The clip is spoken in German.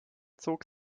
zog